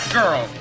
girl